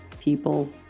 people